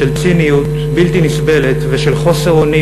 של ציניות בלתי נסבלת ושל חוסר אונים